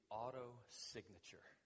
auto-signature